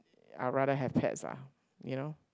I rather have pets lah you know